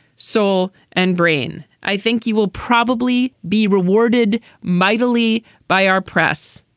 soul and brain. i think you will probably be rewarded mightily by our press,